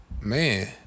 Man